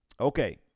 Okay